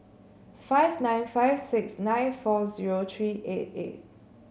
five nine five six nine four zero three eight eight